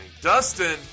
Dustin